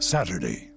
Saturday